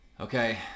Okay